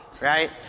right